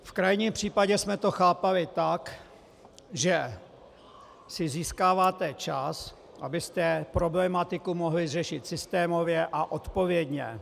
V krajním případě jsme to chápali tak, že si získáváte čas, abyste problematiku mohli řešit systémově a odpovědně.